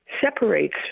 separates